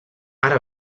ara